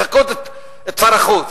לחקות את שר החוץ.